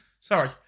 sorry